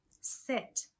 sit